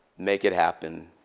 make it happen,